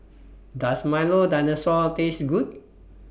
Does Milo Dinosaur Taste Good